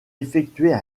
effectuer